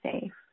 safe